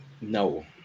no